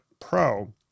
Pro